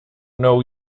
know